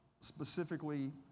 specifically